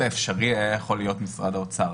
האפשרי היה יכול להיות משרד האוצר.